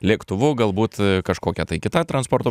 lėktuvu galbūt kažkokia tai kita transporto